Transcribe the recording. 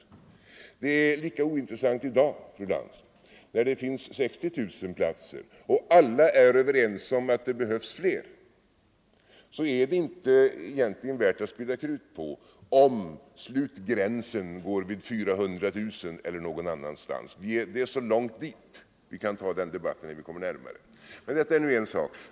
Och det är lika ointressant i dag, när det finns 60 000 platser och alla är ense om att det behövs fler. Då är det egentligen inte värt att spilla krut på om den slutliga gränsen går vid 400 000 eller någon annanstans. Det är så långt dit. Vi kan ta den debatten när vi kommer närmare den slutliga gränsen. Detta är en sak.